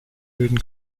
bilden